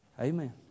Amen